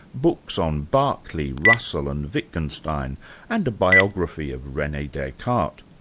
books on berkley, russell and wittgenstein and a biography of rene descartes.